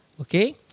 okay